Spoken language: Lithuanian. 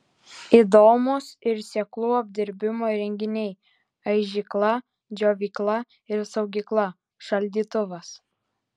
įdomūs ir sėklų apdirbimo įrenginiai aižykla džiovykla ir saugykla šaldytuvas